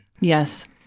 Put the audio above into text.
Yes